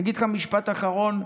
אגיד לך משפט אחרון: